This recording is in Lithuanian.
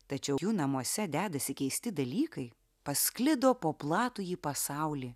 tačiau jų namuose dedasi keisti dalykai pasklido po platųjį pasaulį